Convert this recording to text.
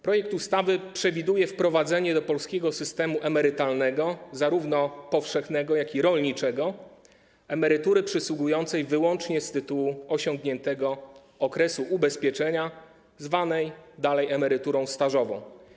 Projekt ustawy przewiduje wprowadzenie do polskiego systemu emerytalnego, zarówno powszechnego jak i rolniczego, emerytury przysługującej wyłącznie z tytuły osiągniętego okresu ubezpieczenia, zwanej dalej: emeryturą stażową.